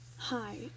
Hi